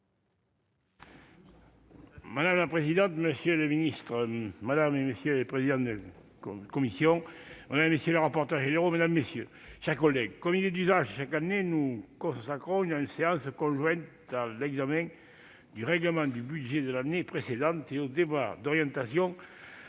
Madame la présidente, monsieur le ministre, monsieur le président de la commission des finances, madame, monsieur les rapporteurs généraux, mes chers collègues, comme il est d'usage chaque année, nous consacrons une séance conjointe à l'examen du règlement du budget de l'année précédente et au débat d'orientation